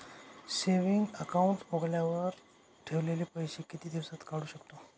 Saving account उघडल्यावर ठेवलेले पैसे किती दिवसानंतर काढू शकतो?